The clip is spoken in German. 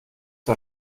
das